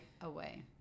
away